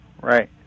Right